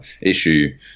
issue